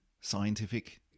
scientific